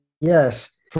yes